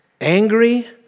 angry